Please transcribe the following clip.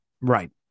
Right